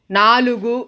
నాలుగు